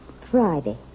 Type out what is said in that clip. Friday